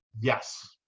Yes